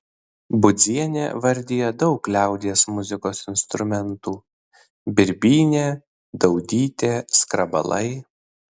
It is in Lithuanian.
budzienė vardija daug liaudies muzikos instrumentų birbynė daudytė skrabalai